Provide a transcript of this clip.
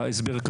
בהסבר.